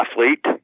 athlete